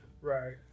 Right